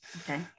Okay